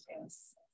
yes